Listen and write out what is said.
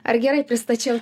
ar gerai pristačiau